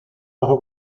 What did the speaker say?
bajo